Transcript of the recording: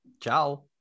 Ciao